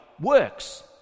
works